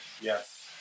Yes